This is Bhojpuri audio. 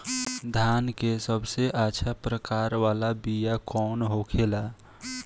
धान के सबसे अच्छा प्रकार वाला बीया कौन होखेला?